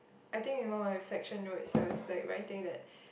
I think in one of my reflection notes I was like writing that